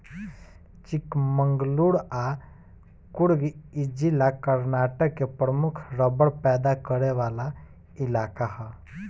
चिकमंगलूर आ कुर्ग इ जिला कर्नाटक के प्रमुख रबड़ पैदा करे वाला इलाका ह